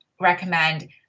recommend